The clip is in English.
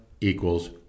equals